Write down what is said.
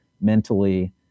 mentally